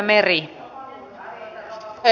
arvoisa puhemies